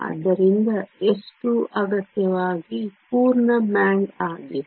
ಆದ್ದರಿಂದ s2 ಅಗತ್ಯವಾಗಿ ಪೂರ್ಣ ಬ್ಯಾಂಡ್ ಆಗಿದೆ